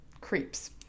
creeps